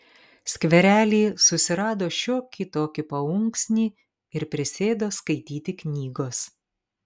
skverely susirado šiokį tokį paunksnį ir prisėdo skaityti knygos